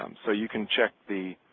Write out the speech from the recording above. um so you can check the